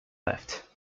left